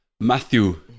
Matthew